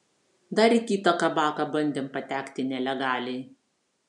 dar į kitą kabaką bandėm patekti nelegaliai